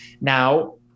Now